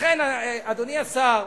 לכן, אדוני השר,